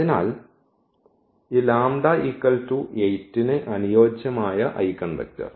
അതിനാൽ ഈ ന് അനുയോജ്യമായ ഐഗൻവെക്ടർ